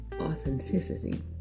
authenticity